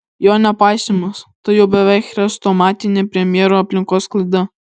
jo nepaisymas tai jau beveik chrestomatinė premjero aplinkos klaida